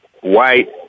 white